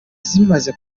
zimaze